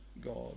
God